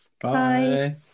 Bye